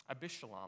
Abishalom